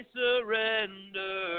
surrender